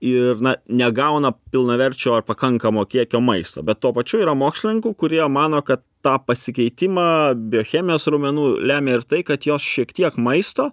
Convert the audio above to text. ir na negauna pilnaverčio pakankamo kiekio maisto bet tuo pačiu yra mokslininkų kurie mano ka tą pasikeitimą biochemijos raumenų lemia ir tai kad jos šiek tiek maisto